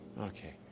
Okay